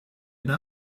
eine